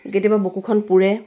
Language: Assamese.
কেতিয়াবা বুকুখন পোৰে